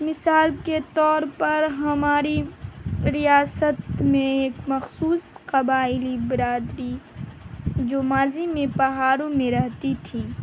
مثال کے طور پر ہماری ریاست میں ایک مخصوص قبائلی برادری جو ماضی میں پہاڑوں میں رہتی تھی